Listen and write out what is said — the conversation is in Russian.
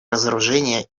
разоружение